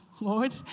Lord